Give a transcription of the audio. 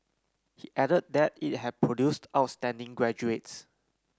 he added that it had produced outstanding graduates